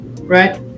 right